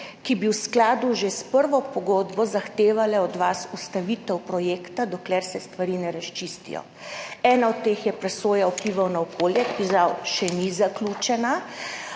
ki bi že v skladu s prvo pogodbo od vas zahtevale ustavitev projekta, dokler se stvari ne razčistijo. Ena od teh je presoja vplivov na okolje, ki žal še ni zaključena.